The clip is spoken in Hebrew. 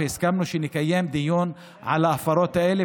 והסכמנו שנקיים דיון על ההפרות האלה.